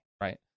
right